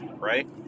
right